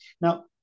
now